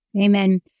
Amen